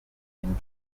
and